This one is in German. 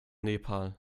nepal